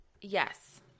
yes